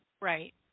Right